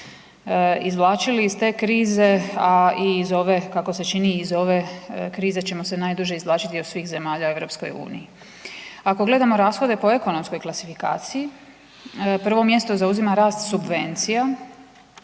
izvlačili iz krize a i iz ove kako se čini, iz ove krize ćemo se najduže izvlačiti od svih zemalja u EU. Ako gledamo rashode po ekonomskoj klasifikaciji, prvo mjesto zauzima rast subvencija,